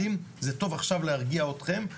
ניידים זה טוב עכשיו כדי להרגיע אתכם,